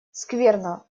скверно